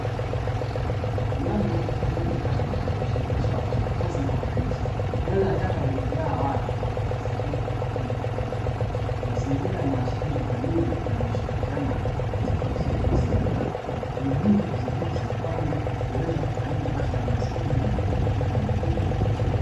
Mradi wa ukusanyi taka gari la taka limejaa watu wanaokusanya taka hii inahashiria ushirikiano katikat kuzoa taka ni muhimu kwan huzuia uharibifu